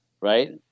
right